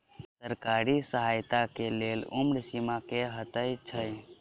सरकारी सहायता केँ लेल उम्र सीमा की हएत छई?